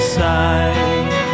side